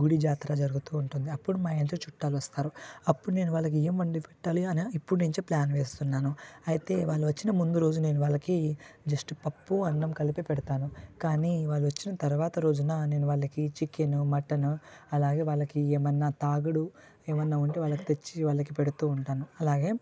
గుడి జాతర జరుగుతు ఉంటుంది అప్పుడు మా ఇంటికి చుట్టాలు వస్తారు అప్పుడు నేను వాళ్ళకి ఏమి వండి పెట్టాలి అని ఇప్పుడు నుంచి ప్లాన్ వేస్తున్నాను అయితే వాళ్ళు వచ్చిన ముందు రోజు నేను వాళ్ళకి జస్ట్ పప్పు అన్నం కలిపి పెడతాను కానీ వాళ్ళు వచ్చిన తర్వాత రోజున నేను వాళ్ళకి చికెన్ మటన్ అలాగే వాళ్ళకి ఏమన్నా తాగుడు ఏమన్నా ఉంటే వాళ్ళకి తెచ్చి వాళ్ళకు పెడుతు ఉంటాను అలాగే